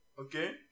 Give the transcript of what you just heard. Okay